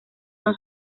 son